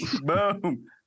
Boom